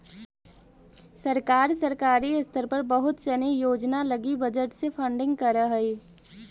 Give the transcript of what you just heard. सरकार सरकारी स्तर पर बहुत सनी योजना लगी बजट से फंडिंग करऽ हई